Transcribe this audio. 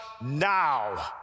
now